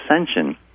ascension